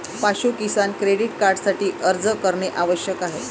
पाशु किसान क्रेडिट कार्डसाठी अर्ज करणे आवश्यक आहे